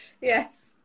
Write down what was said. Yes